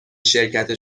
شرکت